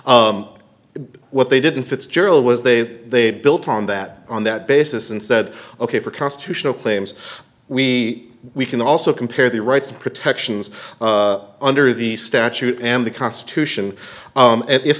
three what they did in fitzgerald was they they built on that on that basis and said ok for constitutional claims we we can also compare the rights protections under the statute and the constitution